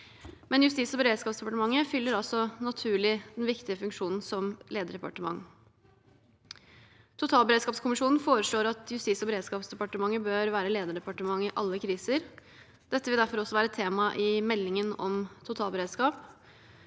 Men Justis- og beredskapsdepartementet fyller altså naturlig den viktige funksjonen som lederdepartement. Totalberedskapskommisjonen foreslår at Justis - og beredskapsdepartementet bør være lederdepartement i alle kriser. Dette vil derfor også være tema i meldingen om totalberedskap.